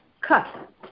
cut